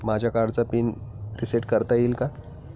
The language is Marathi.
माझ्या कार्डचा पिन रिसेट करता येईल का?